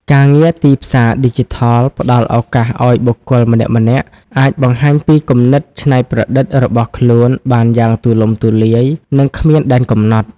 ការងារទីផ្សារឌីជីថលផ្តល់ឱកាសឱ្យបុគ្គលម្នាក់ៗអាចបង្ហាញពីគំនិតច្នៃប្រឌិតរបស់ខ្លួនបានយ៉ាងទូលំទូលាយ និងគ្មានដែនកំណត់។